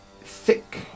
thick